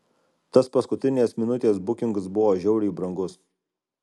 tas paskutinės minutės bukingas buvo žiauriai brangus